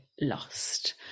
lost